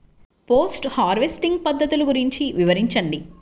Post harvesting పద్ధతులు గురించి వివరించండి?